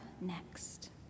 next